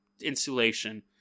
insulation